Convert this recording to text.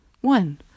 one